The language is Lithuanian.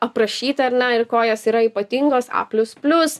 aprašyti ar ne ir kuo jos yra ypatingos a plius plius